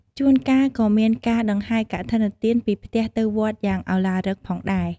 ជួនកាលក៏មានការដង្ហែរកឋិនទានពីផ្ទះទៅវត្តយ៉ាងឱឡារិកផងដែរ។